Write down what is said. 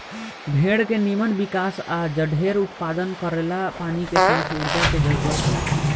भेड़ के निमन विकास आ जढेर उत्पादन करेला पानी के साथ ऊर्जा के जरूरत होला